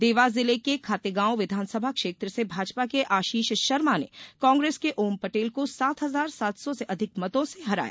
देवास जिले के खातेगांव विधानसभा क्षेत्र से भाजपा के आशीष शर्मा ने कांग्रेस के ओम पटेल को सात हजार सात सौ से अधिक मतों से हराया